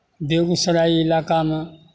बेगूसराय इलाकामे